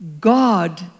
God